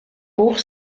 hoch